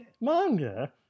manga